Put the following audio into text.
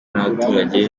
n’abaturage